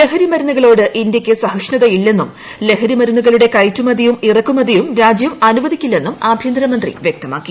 ലഹരിമരുന്നുകളോട് ഇന്ത്യയ്ക്ക് സഹിഷ്ണുതയില്ലെന്നും ലഹരി മരുന്നുകളുടെ കയറ്റുമതിയും ഇറക്കുമതിയും രാജ്യം അനുവദിക്കില്ലെന്നും ആഭ്യന്തര മന്ത്രി വ്യക്തമാക്കി